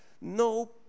no